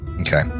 Okay